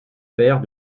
père